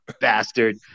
bastard